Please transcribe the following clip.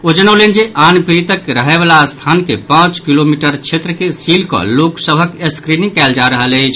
ओ जनौलनि जे आन पीड़ितक रहयवला स्थान के पांच किलोमीटरक क्षेत्र के सील कऽ लोक सभक स्क्रीनिंग कयल जा रहल अछि